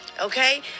okay